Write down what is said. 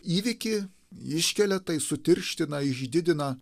įvykį iškelia tai sutirština išdidina